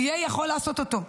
הוא יוכל לעשות אותו.